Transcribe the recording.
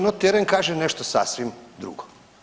No, teren kaže nešto sasvim drugo.